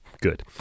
good